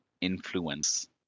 influence